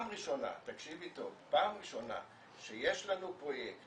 תקשיבי טוב, פעם ראשונה שיש לנו פרויקט